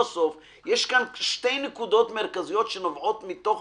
יש כאן שתי נקודות מרכזיות שנובעות מתוך